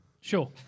Sure